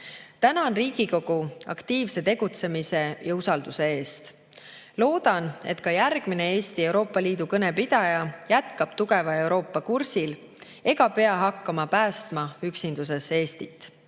Tänan Riigikogu aktiivse tegutsemise ja usalduse eest! Loodan, et ka järgmine Eesti Euroopa Liidu kõne pidaja jätkab tugeva Euroopa kursil ega pea hakkama päästma üksinduses Eestit.